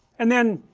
and then